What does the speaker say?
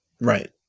Right